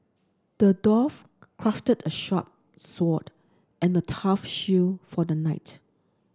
the dwarf crafted a sharp sword and a tough shield for the knight